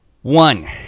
one